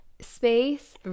space